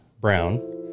Brown